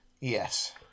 Yes